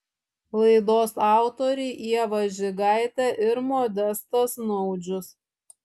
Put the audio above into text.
laidos autoriai ieva žigaitė ir modestas naudžius